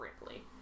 Ripley